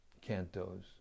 cantos